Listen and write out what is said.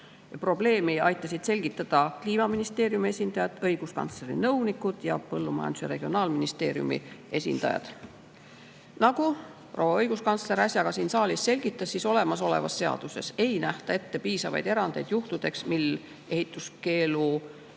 Probleemi aitasid selgitada Kliimaministeeriumi esindajad, õiguskantsleri nõunikud ja Regionaal- ja Põllumajandusministeeriumi esindajad. Nagu proua õiguskantsler äsja ka siin saalis selgitas, olemasolevas seaduses ei nähta ette piisavalt erandeid juhtudeks, mil ehituskeeluvööndi